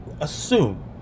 assume